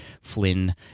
Flynn